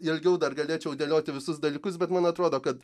ilgiau dar galėčiau dėlioti visus dalykus bet man atrodo kad